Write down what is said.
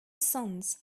sons